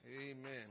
Amen